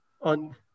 on